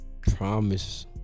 promise